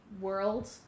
World